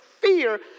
fear